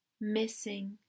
missing